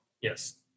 yes